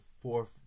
fourth